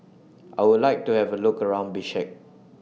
I Would like to Have A Look around Bishkek